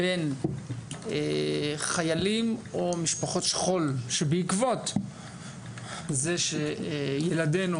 בין חיילים או משפחות שכול שבעקבות זה שילדינו